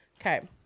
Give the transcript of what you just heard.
Okay